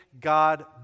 God